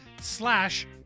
slash